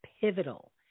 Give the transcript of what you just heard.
pivotal